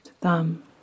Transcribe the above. thumb